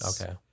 Okay